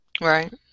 Right